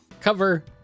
cover